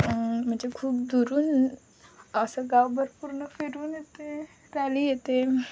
म्हणजे खूप दुरून असं गाव भरपूरनं फिरून येते रॅली येते